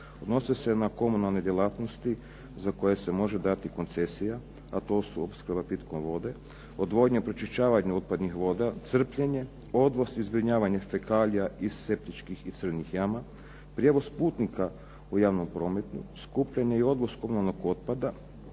odnose se na komunalne djelatnosti za koje se može dati koncesija a to su opskrba pitkom vodom, odvodnja pročišćavanja otpadnih voda, crpljenje, odvoz i zbrinjavanje fekalija iz septičkih i crnih jama, prijevoz putnika u javnom prometu, skupljanje i odvoz komunalnog otpada,